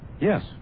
Yes